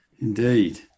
Indeed